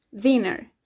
Dinner